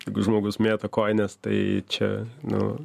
jeigu žmogus mėto kojines tai čia nu